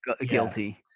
guilty